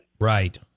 Right